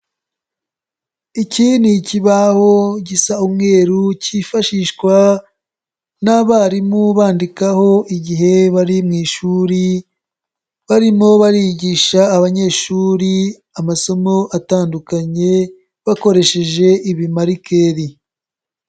Iki ni ikibaho gisa umweru kifashishwa n'abarimu bandikaho igihe bari mu ishuri, barimo barigisha abanyeshuri amasomo atandukanye bakoresheje ibimarikeri.